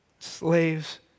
Slaves